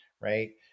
right